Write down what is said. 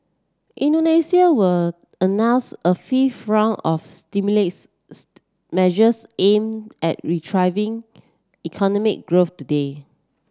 Indonesia were announce a fifth round of measures aimed at retrying economic growth today